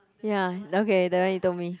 ya okay that one you told me